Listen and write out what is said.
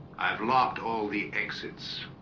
i've locked all the exits.